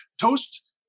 Toast